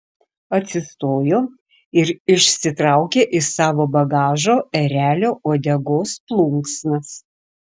atsistojo ir išsitraukė iš savo bagažo erelio uodegos plunksnas